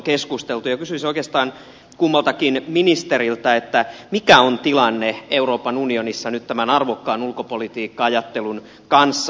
kysyisin oikeastaan kummaltakin ministeriltä mikä on tilanne euroopan unionissa nyt tämän arvokkaan ulkopolitiikka ajattelun kanssa